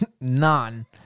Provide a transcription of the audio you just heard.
None